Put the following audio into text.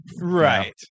Right